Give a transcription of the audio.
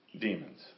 demons